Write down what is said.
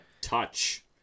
touch